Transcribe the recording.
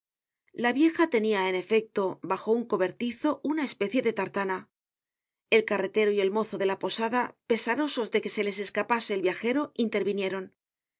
la vieja tenia en efecto bajo un cobertizo una especie de tartana el carretero y el mozo de la posada pesarosos de que se les escapase el viajero intervinieron